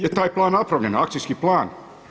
Jel' taj plan napravljen, akcijski plan?